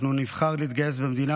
אנחנו נבחר להתגייס למדינה,